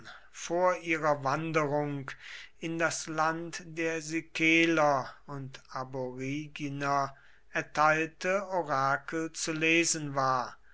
vor ihrer wanderung in das land der sikeler und aboriginer erteilte orakel zu lesen war